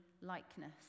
likeness